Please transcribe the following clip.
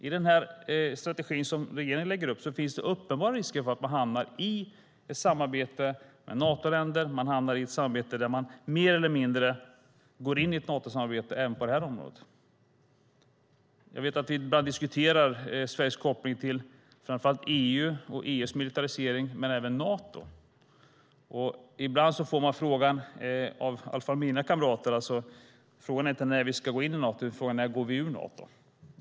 I strategin som regeringen lägger upp finns det uppenbara risker för att man hamnar i ett samarbete med Natoländer, ett samarbete där man mer eller mindre går in i ett Natosamarbete även på det här området. Jag vet att vi ibland diskuterar Sveriges koppling till framför allt EU och EU:s militarisering men även Nato. Ibland får jag frågan, i alla fall från mina kamrater, inte när vi ska gå in i Nato utan när vi ska gå ur Nato.